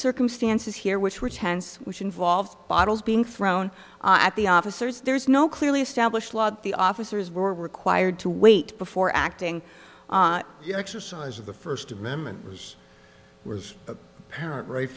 circumstances here which were tense which involved bottles being thrown at the officers there's no clearly established law that the officers were required to wait before acting you know exercise of the first amendment was was a parent right